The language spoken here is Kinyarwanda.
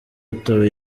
atowe